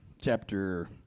chapter